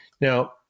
Now